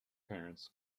parents